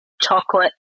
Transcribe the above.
Chocolate